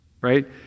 right